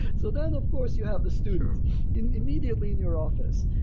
so then of course you have the students immediately in your office,